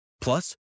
Plus